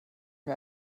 mir